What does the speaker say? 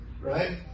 right